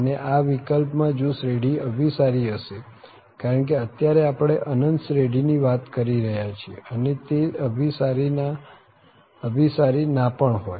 અને આ વિકલ્પમાં જો શ્રેઢી અભિસારી હશે કારણ કે અત્યારે આપણે અનંત શ્રેઢીની વાત કરી રહ્યા છીએ અને તે અભિસારી ના પણ હોય